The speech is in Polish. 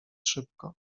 szybko